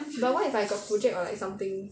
but what if I got project or like something then